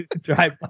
Drive